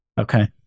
Okay